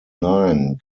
nine